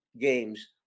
games